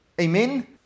Amen